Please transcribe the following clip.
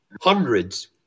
hundreds